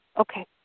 Okay